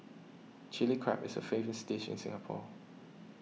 Chilli Crab is a famous dish in Singapore